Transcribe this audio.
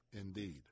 indeed